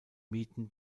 mieten